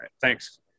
Thanks